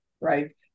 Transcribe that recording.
right